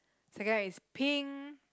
second one is pink